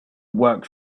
work